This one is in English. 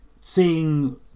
seeing